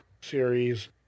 series